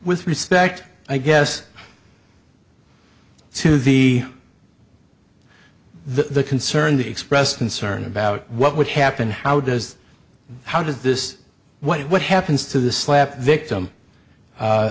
with respect i guess to the the concern the expressed concern about what would happen how does how does this what what happens to the slap victim